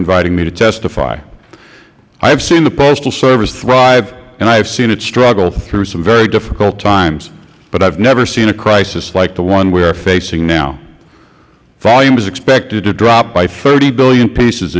inviting me to testify i have seen the postal service thrive and i have seen it struggle through some very difficult times but i have never seen a crisis like the one we are facing now volume is expected to drop by thirty billion pieces